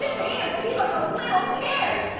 and me or does he look a little scared?